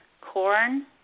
Corn